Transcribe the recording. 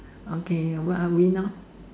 okay where are we now